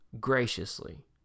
graciously